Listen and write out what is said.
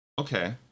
okay